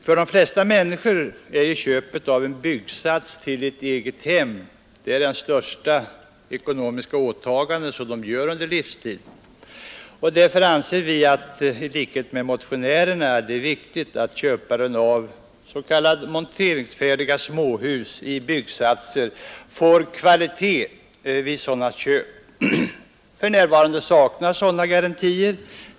För de flesta människor är köpet av en byggsats till ett eget hem det största ekonomiska åtagande som de gör under sin livstid. Därför anser vi i likhet med motionärerna att det är viktigt att köparen av s.k. monteringsfärdiga småhus i byggsatser får kvalitet vid sådana köp. För närvarande saknas sådana garantier.